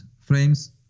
frames